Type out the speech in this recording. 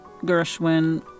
Gershwin